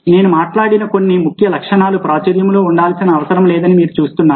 నేను మాట్లాడిన కొన్ని ముఖ్య లక్షణాలు ప్రాచుర్యములో ఉండాల్సిన అవసరం లేదని మీరు చూస్తున్నారు